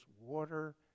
water